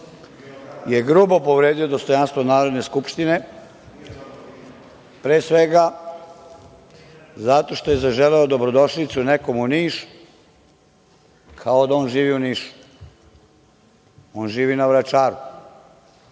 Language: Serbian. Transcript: je grubo povredio dostojanstvo Narodne skupštine, pre svega, zato što je zaželeo dobrodošlicu nekom u Niš, kao da on živi u Nišu. On živi na Vračaru